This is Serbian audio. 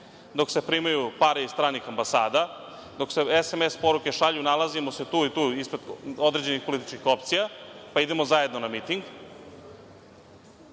dok se primaju pare iz stranih ambasada, dok se sms poruke šalju nalazimo se tu i tu ispred određenih političkih opcija, pa idemo zajedno na miting.